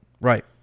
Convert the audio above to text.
right